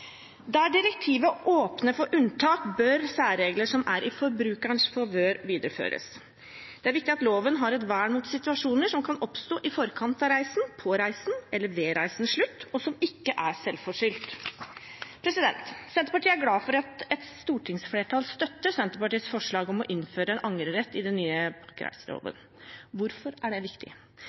Der direktivet åpner for unntak, bør særregler som er i forbrukerens favør, videreføres. Det er viktig at loven har et vern mot situasjoner som kan oppstå i forkant av reisen, på reisen eller ved reisens slutt, og som ikke er selvforskyldt. Senterpartiet er glad for at et stortingsflertall støtter Senterpartiets forslag om å innføre en angrerett i den nye pakkereiseloven. Hvorfor er det viktig?